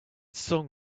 song